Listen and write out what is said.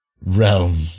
realm